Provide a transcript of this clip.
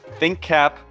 ThinkCAP